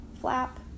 flap